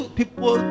people